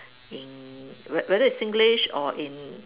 in whe~ whether it's Singlish or in